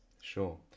Sure